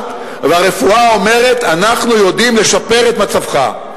והרפואה אומרת: אנחנו יודעים לשפר את מצבך.